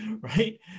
right